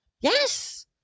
Yes